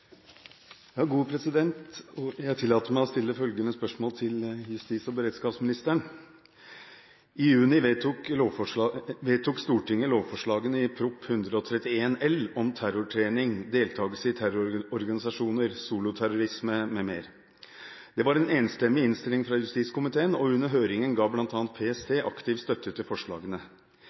beredskapsministeren: «I juni vedtok Stortinget lovforslagene i Prop. 131 L om terrortrening, deltakelse i terrororganisasjoner, soloterrorisme m.m. Det var en enstemmig innstilling fra justiskomiteen, og under høringen gav bl.a. PST aktiv støtte til forslagene.